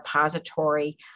repository